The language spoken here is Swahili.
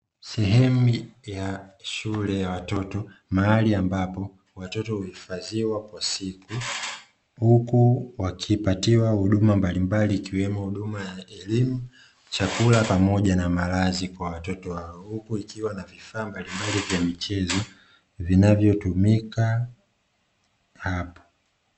Sehemu ya shule ya watoto mahari ambapo watoto huhifadhiwa kwa siri huku wakipatiwa huduma mbalimbali ikiwemo huduma ya elimu ,chakula na malazi na vifaa mbalimbali vya michezo vinavyotumika hapo.